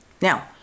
now